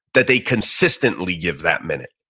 that they consistently give that minute.